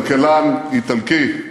של כלכלן איטלקי,